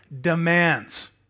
demands